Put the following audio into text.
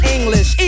English